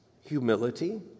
humility